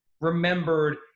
remembered